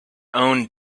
own